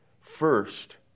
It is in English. first